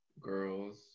girls